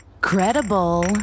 Credible